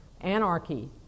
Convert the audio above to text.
anarchy